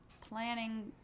planning